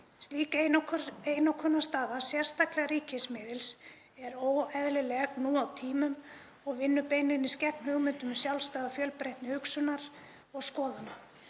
Slík einokunarstaða, sérstaklega ríkisfjölmiðils, er óeðlileg nú á tímum og vinnur beinlínis gegn hugmyndum um sjálfstæði og fjölbreytni hugsunar og skoðana.